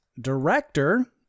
director